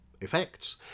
effects